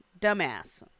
dumbass